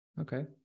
okay